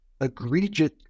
egregious